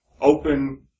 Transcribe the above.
open